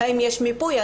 האם יש מיפוי?